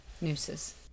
Nooses